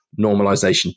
normalization